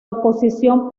oposición